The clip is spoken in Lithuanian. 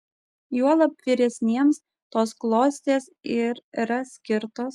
juolab vyresniems tos klostės ir yra skirtos